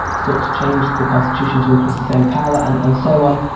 sought to change the constitution to increase his own power and and so on,